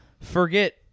forget